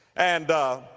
and, ah,